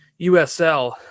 USL